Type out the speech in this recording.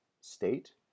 state